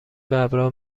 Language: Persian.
ببرا